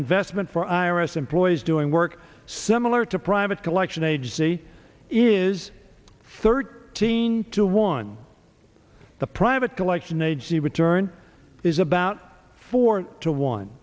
investment for i r s employees doing work similar to private collection agency is thirteen to one the private collection agency return is about four to